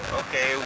okay